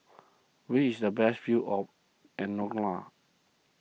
where is the best view in andorra